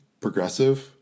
progressive